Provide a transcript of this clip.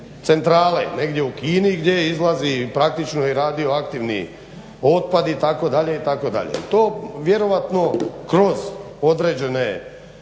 centrale negdje u Kini gdje izlazi i praktično i radioaktivni otpad itd., itd. i to vjerojatno kroz određene